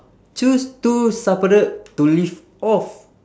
choose two sapade to live off